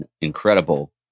incredible